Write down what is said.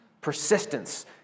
Persistence